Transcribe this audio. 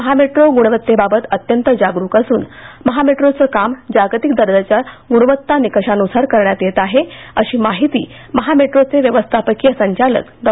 महामेट्रो गुणवत्तेबाबत अत्यंत जागरूक असून महामेट्रोचं काम जागतिक दर्जाच्या गुणवत्ता निकषांनुसार करण्यात येत आहे अशी माहिती महामेट्रोचे व्यवस्थापकीय संचालक डॉ